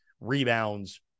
rebounds